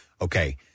okay